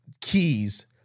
keys